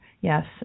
yes